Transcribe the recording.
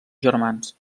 germans